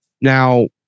now